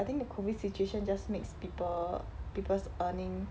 I think the COVID situation just makes people people's earning